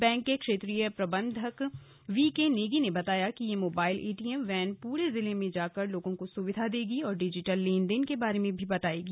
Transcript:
bank के क्षेत्रीय प्रबंधक वी के नेगी ने कहा कि यह मोबाइल एटीएम वैन पूरे जिले में जाकर लोगों को सुविधा देगी और डिजिटल लेन देन के बारे में भी बताएगी